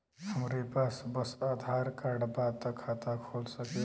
हमरे पास बस आधार कार्ड बा त खाता खुल सकेला?